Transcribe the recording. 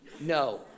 no